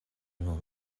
nun